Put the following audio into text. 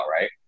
right